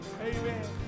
Amen